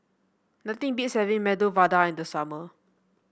nothing beats having Medu Vada in the summer